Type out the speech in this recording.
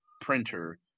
printer